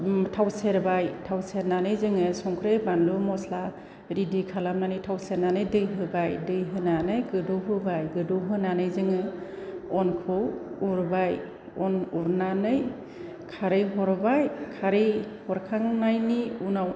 थाव सेरबाय थाव सेरनानै जोंङो संख्रि बानलु मस्ला रेडि खालामनानै थाव सेरनानै दै होबाय दै होनानै गोदौ होबाय गोदौ होनानै जोङो अनखौ उरबाय अन उरनानै खारै हरबाय खारै हरखांनायनि उनाव